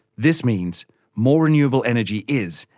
this means more renewable energy is,